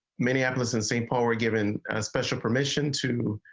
minneapolis and saint paul are given special permission to.